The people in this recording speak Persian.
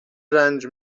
رنج